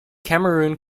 cameroon